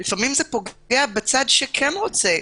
זה לפעמים פוגע בצד שכן רוצה.